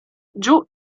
giù